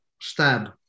stab